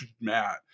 Matt